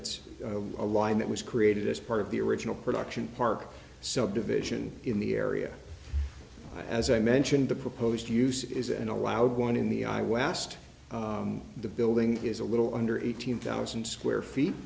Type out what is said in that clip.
it's a line that was created as part of the original production park subdivision in the area as i mentioned the proposed use is an allowed one in the i was asked the building is a little under eighteen thousand square feet